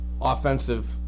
offensive